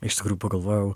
iš tikrųjų pagalvojau